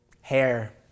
hair